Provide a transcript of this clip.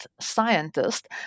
scientist